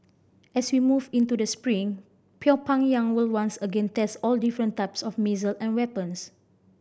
as we move into the spring Pyongyang will once again test all different types of missile and weapons